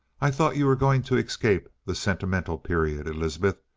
i thought you were going to escape the sentimental period, elizabeth.